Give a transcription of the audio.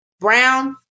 brown